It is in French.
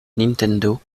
nintendo